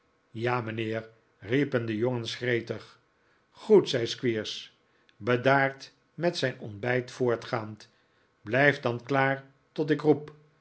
ja mijnheer riepen de jongens gretig goed zei squeers bedaard met zijn ontbijt voortgaand blijft dan klaar tot ik roep